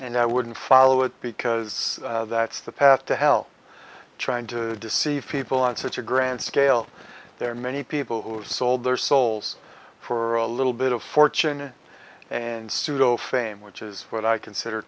and i wouldn't follow it because that's the path to hell trying to deceive people on such a grand scale there are many people who sold their souls for a little bit of fortune and pseudo fame which is what i consider